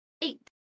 Eight